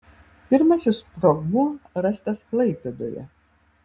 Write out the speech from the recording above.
pirmasis sprogmuo rastas klaipėdoje